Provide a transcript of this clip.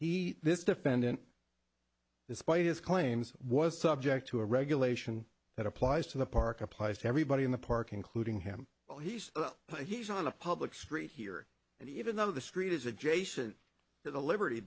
he this defendant this spite his claims was subject to a regulation that applies to the park applies to everybody in the parking clued in him well he's he's on a public street here and even though the street is adjacent to the liberty